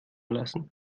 lassen